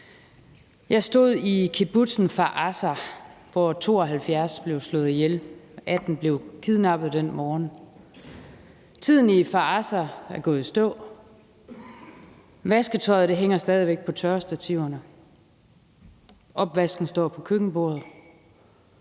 Jeg stod i kibbutzen Kfar Aza, hvor 72 blev slået ihjel. 18 blev kidnappet den morgen. Tiden i Kfar Aza er gået i stå. Vasketøjet hænger stadig væk på tørrestativerne. Opvasken står på køkkenbordet.